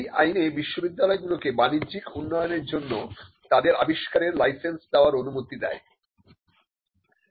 এই আইনে বিশ্ববিদ্যালয়গুলোকে বাণিজ্যিক উন্নয়নের জন্য তাদের আবিষ্কারের লাইসেন্স দেওয়ার অনুমতি দেয়